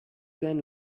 can